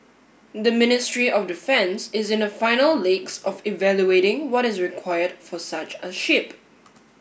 the Ministry of Defence is in the final legs of evaluating what is required for such a ship